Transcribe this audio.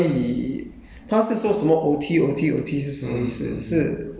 好像如果 confirm 了我们就可就可以